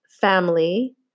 family